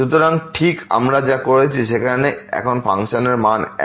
সুতরাং ঠিক আমরা যা করেছি সেখানে এখন ফাংশন এর মান এক